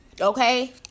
Okay